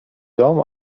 dom